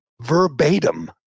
verbatim